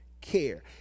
care